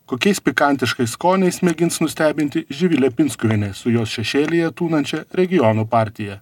kokiais pikantiškais skoniais mėgins nustebinti živilė pinskuvienė su jos šešėlyje tūnančia regionų partija